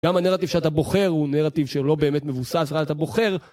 גם הנרטיב שאתה בוחר הוא נרטיב שלא באמת מבוסס, אתה בוחר.